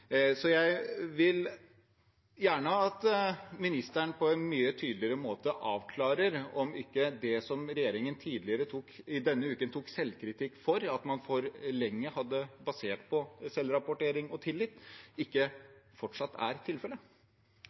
Jeg vil gjerne at ministeren på en mye tydeligere måte avklarer om ikke det som regjeringen tidligere denne uken tok selvkritikk for, at man for lenge hadde basert seg på selvrapportering og tillit, fortsatt er tilfellet. Tiden strekker ikke alltid til når det er